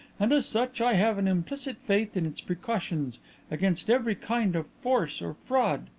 and as such i have an implicit faith in its precautions against every kind of force or fraud.